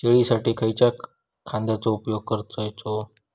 शेळीसाठी खयच्या खाद्यांचो उपयोग करायचो?